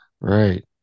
Right